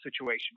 situation